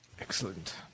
Excellent